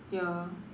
ya